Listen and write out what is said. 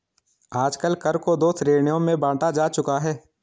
आजकल कर को दो श्रेणियों में बांटा जा चुका है